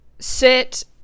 sit